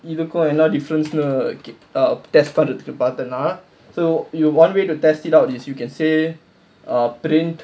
இதுக்கும் என்ன:idhukum enna difference err test பண்றதுக்கு பார்த்தேனா:pandrathuku paarthaenaa so one way to test it out is you can say err print